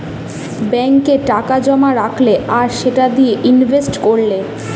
ব্যাংকে টাকা জোমা রাখলে আর সেটা দিয়ে ইনভেস্ট কোরলে